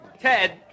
Ted